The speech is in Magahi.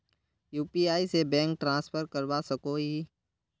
यु.पी.आई से बैंक ट्रांसफर करवा सकोहो ही?